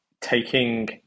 taking